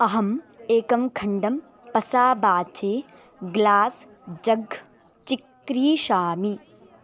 अहम् एकं खण्डं पसाबाचि ग्लास् जग् चिक्रीषामि